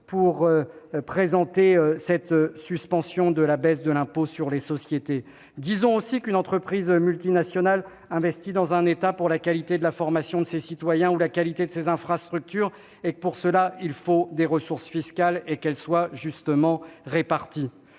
pour présenter cette suspension de la baisse de l'impôt sur les sociétés. Disons aussi qu'une entreprise multinationale investit dans un État pour la qualité de la formation de ses citoyens et celle de ses infrastructures, qui supposent des ressources fiscales et une juste répartition